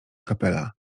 kapela